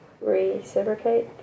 reciprocate